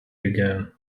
began